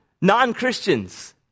non-Christians